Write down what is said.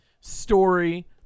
Story